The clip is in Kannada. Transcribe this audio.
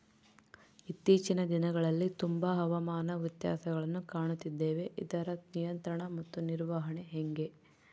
ಇತ್ತೇಚಿನ ದಿನಗಳಲ್ಲಿ ತುಂಬಾ ಹವಾಮಾನ ವ್ಯತ್ಯಾಸಗಳನ್ನು ಕಾಣುತ್ತಿದ್ದೇವೆ ಇದರ ನಿಯಂತ್ರಣ ಮತ್ತು ನಿರ್ವಹಣೆ ಹೆಂಗೆ?